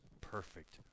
perfect